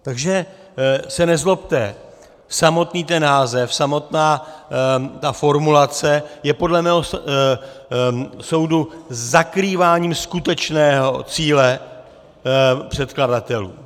Takže se nezlobte, samotný ten název, samotná formulace je podle mého soudu zakrýváním skutečného cíle předkladatelů.